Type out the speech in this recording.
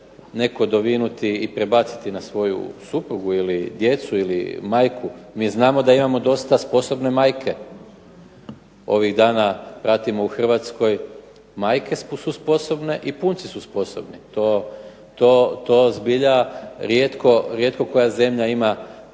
netko dovinuti i prebaciti na svoju suprugu ili djecu ili majku, mi znamo da imamo dosta sposobno majke, ovih dana pratimo u Hrvatskoj majke su sposobne i punci su sposobni, to zbilja rijetko koja zemlja ima